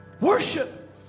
Worship